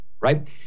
right